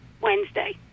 Wednesday